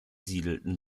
siedelten